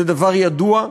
זה דבר ידוע,